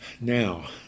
Now